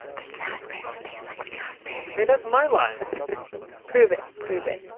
the snozberries taste like snozberries hey, that's my line prove it. prove it.